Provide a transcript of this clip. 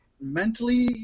mentally